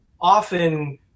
often